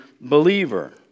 believer